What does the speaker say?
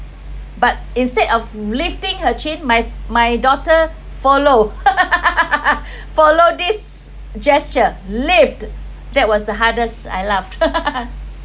but instead of lifting her chin my my daughter follow follow this gesture lift that was the hardest I laughed